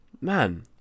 Man